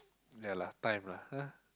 yea lah time lah ah